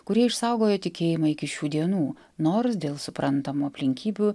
kurie išsaugojo tikėjimą iki šių dienų nors dėl suprantamų aplinkybių